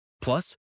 Plus